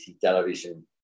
Television